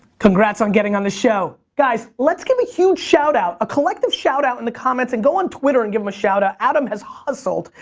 congrats on getting on this show. guys, let's give a huge shout out, a collective shout out in the comments, and go on twitter and give him a shout ah out. adam has hustled,